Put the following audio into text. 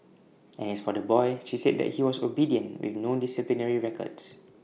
and as for the boy she said that he was obedient with no disciplinary records